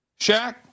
Shaq